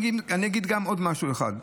אני אגיד עוד משהו אחד.